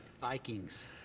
Vikings